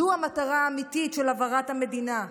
זו המטרה האמיתית של הבערת המדינה.